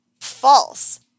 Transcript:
False